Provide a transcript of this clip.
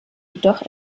jedoch